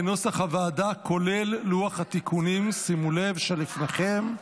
כנוסח הוועדה, כולל לוח התיקונים, שלפניכם,